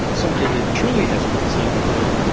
something that truly hasn't been seen before,